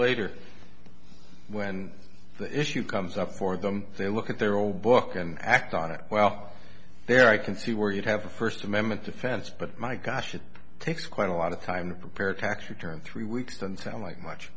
later when the issue comes up for them they look at their old book and act on it well there i can see where you'd have a first amendment defense but my gosh it takes quite a lot of kind of repair tax return three weeks until like much